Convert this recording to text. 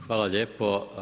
Hvala lijepo.